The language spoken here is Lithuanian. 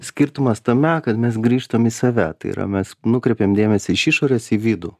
skirtumas tame kad mes grįžtam į save tai yra mes nukreipiam dėmesį iš išorės į vidų